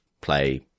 play